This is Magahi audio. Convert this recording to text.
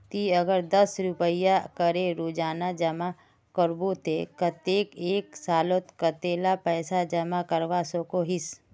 ती अगर दस रुपया करे रोजाना जमा करबो ते कतेक एक सालोत कतेला पैसा जमा करवा सकोहिस?